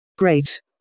Great